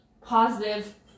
positive